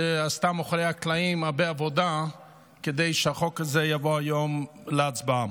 שעשתה עבודה מאחורי הקלעים כדי שהחוק הזה יבוא היום להצבעה.